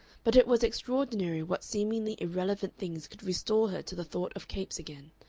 but it was extraordinary what seemingly irrelevant things could restore her to the thought of capes again.